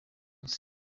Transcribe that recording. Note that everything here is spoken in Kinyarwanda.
munsi